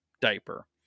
diaper